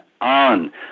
on